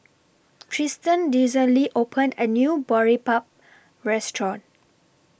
Tristan recently opened A New Boribap Restaurant